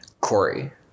Corey